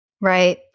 Right